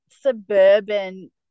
suburban